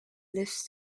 lives